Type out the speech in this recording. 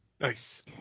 Nice